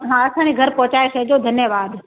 हा असांजे घरु पहुचाए छॾजो धन्यवाद